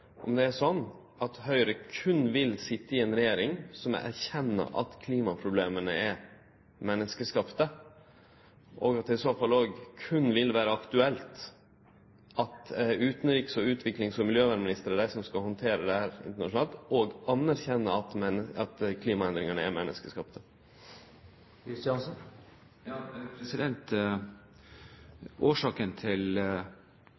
om det same gjeld klimapolitikken, om representanten Ivar Kristiansen kan klårgjere om det er sånn at Høgre berre vil sitje i ei regjering som erkjenner at klimaproblema er menneskeskapte, og at det i så fall berre vil vere aktuelt at utanriks, utviklings- og miljøvernministeren skal handtere dette internasjonalt. Vil dei erkjenne at klimaendringane er menneskeskapte?